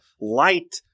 light